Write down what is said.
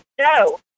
no